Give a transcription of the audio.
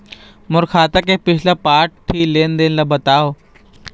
मोर खाता के पिछला पांच ठी लेन देन ला बताव?